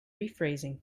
rephrasing